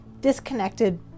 disconnected